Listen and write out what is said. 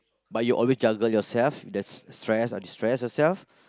but you always juggle yourself that's stress or destress yourself